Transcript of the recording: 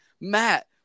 Matt